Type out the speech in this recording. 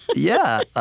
but yeah.